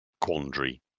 quandary